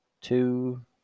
two